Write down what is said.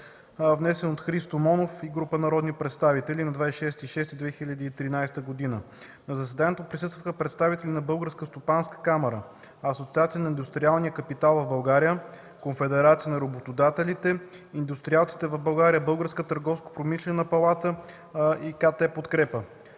внесен от Христо Монов и група народни представители на 26 юни 2013 г. На заседанието присъстваха представители на Българска стопанска камара, Асоциация на индустриалния капитал в България, Конфедерация на работодателите и индустриалците в България, Българска търговско-промишлена палата и КТ „Подкрепа”.